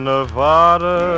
Nevada